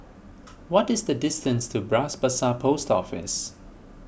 what is the distance to Bras Basah Post Office